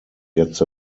gets